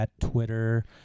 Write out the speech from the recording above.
Twitter